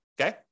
okay